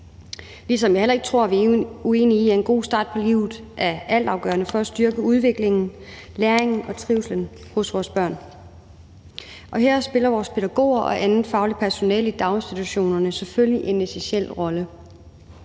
ligesom jeg heller ikke tror, at vi er uenige i, at en god start på livet er altafgørende for at styrke udviklingen, læringen og trivslen hos vores børn. Her spiller vores pædagoger og andet fagligt personale i daginstitutionerne selvfølgelig en essentiel rolle.